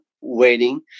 waiting